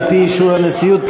על-פי אישור הנשיאות,